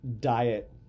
diet